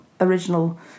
original